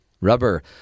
Rubber